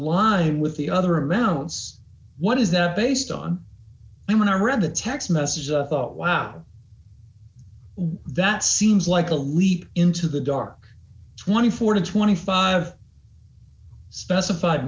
line with the other amounts what is that based on when i read the text messages i thought wow that seems like a leap into the dark twenty four to twenty five specified